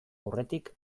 aurretik